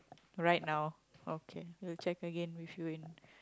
right now okay will check again with you in